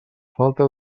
falta